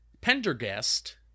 Pendergast